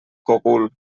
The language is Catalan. cogul